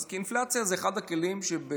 אז כלי האינפלציה זה אחד הכלים שבאמצעותו